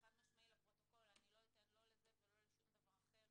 חד-משמעי שלא אתן לא לזה ולא לשום דבר אחר